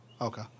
Okay